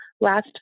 last